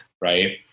Right